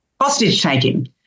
hostage-taking